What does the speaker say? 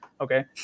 Okay